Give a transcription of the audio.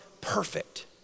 perfect